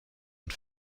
und